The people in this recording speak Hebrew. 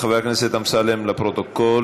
ההצעה להעביר את הצעת חוק הסדרת הטיפול בחופי הכינרת (תיקון מס' 2),